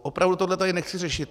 Opravdu tohle tady nechci řešit.